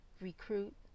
recruit